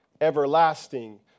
everlasting